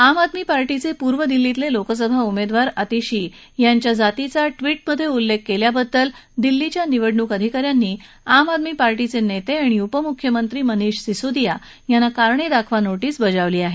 आम आदमी पक्षाचे पूर्व दिल्लीतील लोकसभा उमेदवार अतिशि यांच्या जातीचा ट्वीटमधे उल्लेख केल्याबद्दल दिल्लीच्या निवडणूक अधिका यांनी आम आदमी पक्षाचे नेते आणि उपमुख्यमंत्री मनीष सिसोदिया यांना कारणे दाखवा नोटीस बजावली आहे